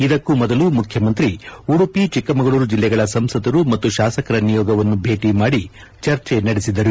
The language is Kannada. ಇದಕ್ಕೂ ಮೊದಲು ಮುಖ್ಯಮಂತ್ರಿ ಉಡುಪಿ ಚಿಕ್ಕಮಗಳೂರು ಜಿಲ್ಲೆಗಳ ಸಂಸದರು ಮತ್ತು ಶಾಸಕರ ನಿಯೋಗವನ್ನು ಭೇಟಿ ಮಾಡಿ ಚರ್ಚೆ ನಡೆಸಿದರು